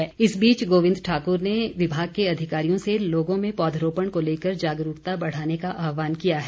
गोबिंद ठाकुर इस बीच गोबिंद ठाक्र ने विभाग के अधिकारियों से लोगों में पौधरोपण को लेकर जागरूकता बढ़ाने का आहवान किया है